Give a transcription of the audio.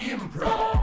Improv